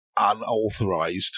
unauthorized